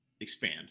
expand